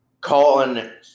Colin